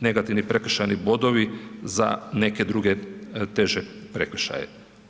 negativni prekršajni bodovi za neke druge teše prekršaje.